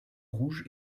rouge